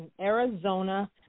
Arizona